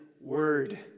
word